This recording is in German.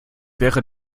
wäre